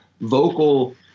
vocal